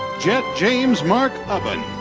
jett james mark ubben.